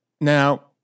now